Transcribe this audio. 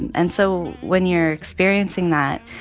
and so when you're experiencing that,